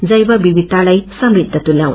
जैवविविधताताई समृद्ध तुल्याऊ